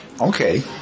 Okay